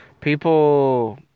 People